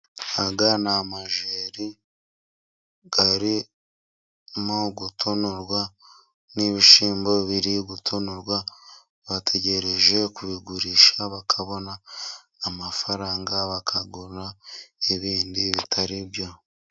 Aya ni amajeri arimo gutonorwa, n'ibishyimbo biri gutonorwa, bategereje kubigurisha bakabona amafaranga bakagura ibindi bitari byo.